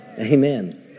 Amen